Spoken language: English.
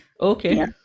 Okay